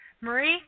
Marie